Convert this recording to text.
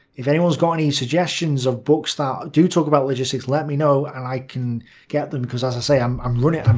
if anyone's got any suggestions of books that do talk about logistics, let me know and i can get them. because as i say i'm um running.